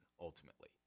ultimately